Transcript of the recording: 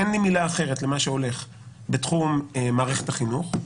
אין לי מילה אחרת למה שהולך בתחום מערכת החינוך,